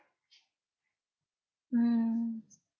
mm